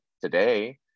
today